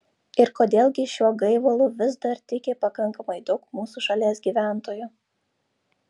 ir kodėl gi šiuo gaivalu vis dar tiki pakankamai daug mūsų šalies gyventojų